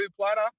platter